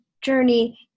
journey